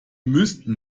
müssten